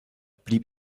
blieb